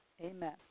Amen